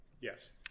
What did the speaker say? Yes